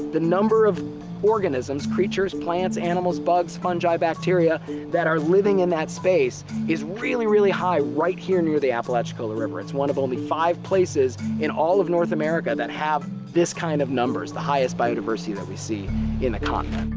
the number of organisms creatures, plants, animals, bugs, fungi, bacteria that are living in that space is really, really high right here near the apalachicola river. it's one of only five places in all of north america that has this kind of numbers the highest biodiversity that we see in the continent.